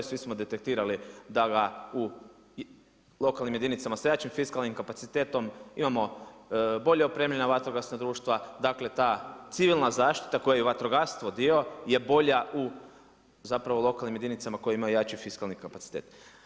Svi smo detektirali da ga u lokalnim jedinicama sa jačim fiskalnim kapacitetom imamo bolje opremljena vatrogasna društva, dakle ta civilna zaštita koje je i vatrogastvo dio je bolja u lokalnim jedinicama koje imaju jači fiskalni kapacitet.